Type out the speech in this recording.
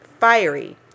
fiery